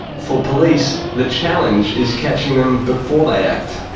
for police, the challenge is catching them before they act.